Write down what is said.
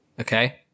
Okay